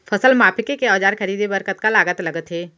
फसल मापके के औज़ार खरीदे बर कतका लागत लगथे?